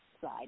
side